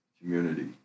community